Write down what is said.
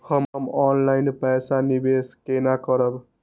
हम ऑनलाइन पैसा निवेश केना करब?